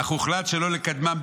אך הוחלט שלא לקדמם,